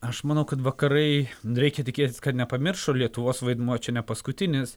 aš manau kad vakarai reikia tikėtis kad nepamiršo lietuvos vaidmuo čia ne paskutinis